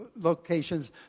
locations